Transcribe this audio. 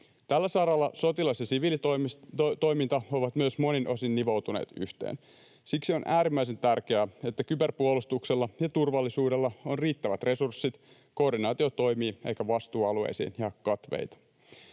Tällä saralla sotilas- ja siviilitoiminta ovat myös monin osin nivoutuneet yhteen. Siksi on äärimmäisen tärkeää, että kyberpuolustuksella ja ‑turvallisuudella on riittävät resurssit, koordinaatio toimii eikä vastuualueisiin jää katveita.